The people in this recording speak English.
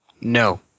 No